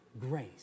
grace